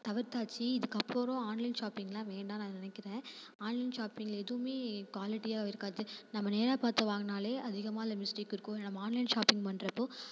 தவிர்த்தாச்சு இதுக்கப்புறம் ஆன்லைன் ஷாப்பிங்கெலாம் வேண்டாம் நான் நினைக்கிறேன் ஆன்லைன் ஷாப்பிங்கில் எதுவுமே குவாலிட்டியாக இருக்காது நம்ம நேராக பார்த்து வாங்கினாலே அதிகமாக அதில் மிஸ்டேக் இருக்கும் நம்ம ஆன்லைன் ஷாப்பிங் பண்ணுறப்போ